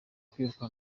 kwiruka